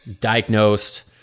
diagnosed